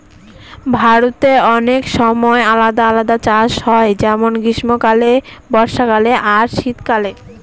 ভারতে অনেক সময় আলাদা আলাদা চাষ হয় যেমন গ্রীস্মকালে, বর্ষাকালে আর শীত কালে